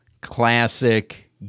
classic